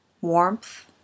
Warmth